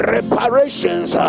Reparations